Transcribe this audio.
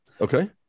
Okay